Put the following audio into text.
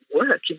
work